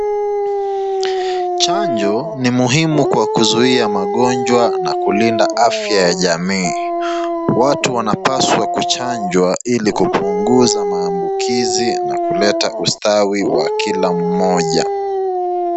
Chanjo ni muhimu kwa kuzuia magonjwa na kulinda afya ya jamii. Watu wanapaswa kuchanjwa ili kupunguza maambukizi na kuleta ustawi wa kila mmoja.